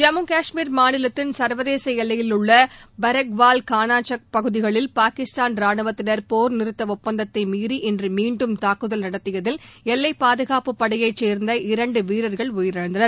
ஜம்மு காஷ்மீர் மாநிலத்தின் சள்வதேச எல்லையில் உள்ள ஆங்கூரின் பர்க்வால் கனாசாக் பகுதிகளில் பாகிஸ்தான் ராணுவத்தினர் போர் நிறுத்த ஒப்பந்தத்தை மீறி இன்று மீண்டும் தாக்குதல் நடத்தியதில் எல்லைப் பாதுகாப்புப் படையைச் சேர்ந்த இரண்டு வீரர்கள் உயிரிழந்தனர்